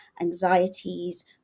anxieties